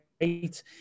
great